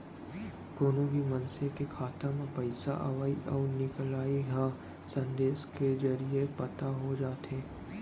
कोनो भी मनसे के खाता म पइसा अवइ अउ निकलई ह संदेस के जरिये पता हो जाथे